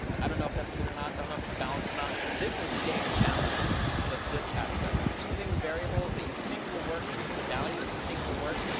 i don't know if that's good or not. i don't know if it's balanced or not. this is game balancing, this aspect of choosing variables that you think will work, choosing values that you think will work,